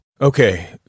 Okay